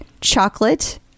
chocolate